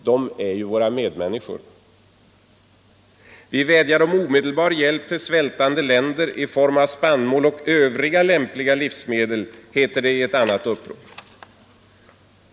De är ju våra medmänniskor.” ”Vi vädjar om omedelbar hjälp till svältande länder i form av spannmål och övriga lämpliga livsmedel”, heter det i ett annat upprop.